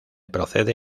procede